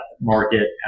market